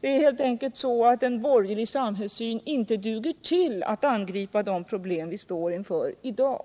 Det är helt enkelt så att en borgerlig samhällssyn inte duger för att angripa de problem vi står inför i dag.